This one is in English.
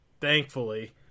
thankfully